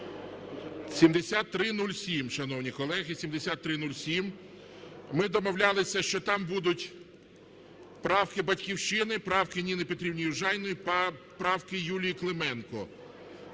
7307. Шановні колеги, 7307. Ми домовлялися, що там будуть правки "Батьківщини", правки Ніни Петрівни Южаніної, правки Юлії Клименко.